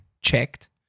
checked